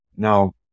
Now